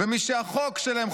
ומשהחוק שלהם,